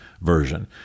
version